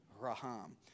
Raham